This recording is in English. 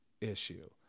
issue